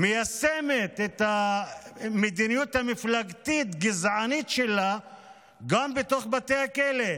מיישמת את המדיניות המפלגתית הגזענית שלה גם בתוך בתי הכלא.